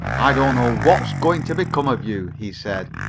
i don't know what's going to become of you, he said.